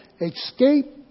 Escape